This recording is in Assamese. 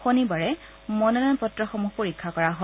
শনিবাৰে মনোনয়ন পত্ৰসমূহ পৰীক্ষা কৰা হয়